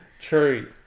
True